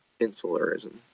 insularism